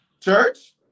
Church